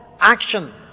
Action